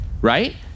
right